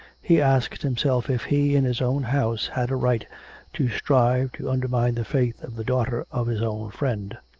he asked himself if he, in his own house, had a right to strive to undermine the faith of the daughter of his own friend.